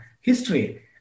history